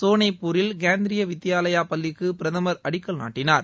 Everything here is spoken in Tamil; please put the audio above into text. சோனேப்பூரில் கேந்திரிய வித்யாலயா பள்ளிக்கு பிரதமர் அடிக்கல் நாட்டினார்